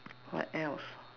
what else